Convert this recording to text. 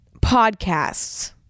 podcasts